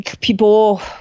people